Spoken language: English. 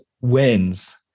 wins